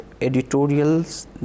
editorials